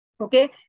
Okay